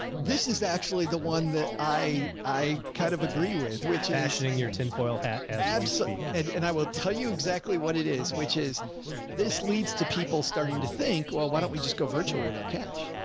this is actually the one that i, i kind of agree with. which hashing your tinfoil hat. and yeah, absolutely. and and i will tell you exactly what it is, which is this leads to people starting to think, well, why don't we just go virtual with our cash?